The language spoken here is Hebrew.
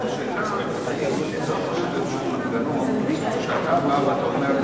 האם צריך איזשהו מנגנון שאתה בא ואומר,